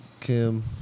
Kim